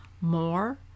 more